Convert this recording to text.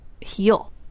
heal